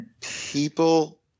people